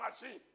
machine